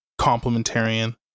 complementarian